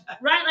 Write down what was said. right